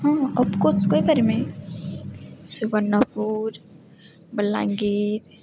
ହଁ ଅଫକୋର୍ସ କହିପାରମି ସୁବର୍ଣ୍ଣପୁର ବଲାଙ୍ଗୀର